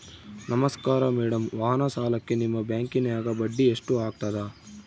ನಮಸ್ಕಾರ ಮೇಡಂ ವಾಹನ ಸಾಲಕ್ಕೆ ನಿಮ್ಮ ಬ್ಯಾಂಕಿನ್ಯಾಗ ಬಡ್ಡಿ ಎಷ್ಟು ಆಗ್ತದ?